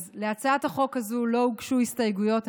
להצעת החוק הזו לא הוגשו הסתייגויות.